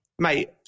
Mate